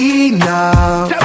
enough